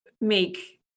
make